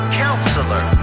counselor